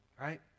Right